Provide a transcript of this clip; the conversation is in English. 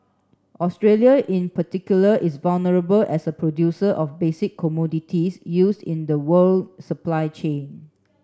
Australia in particular is vulnerable as a producer of basic commodities used in the world supply chain